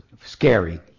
scary